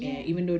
ya